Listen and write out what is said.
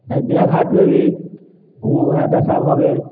अयोध्या घाटमे भी हुओँ वएह दशा भऽ गेल